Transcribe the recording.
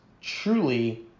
truly